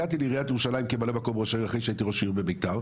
הגעתי לעיריית ירושלים כממלא מקום ראש העיר אחרי שהייתי ראש עיר בבית"ר,